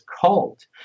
cult